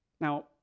Now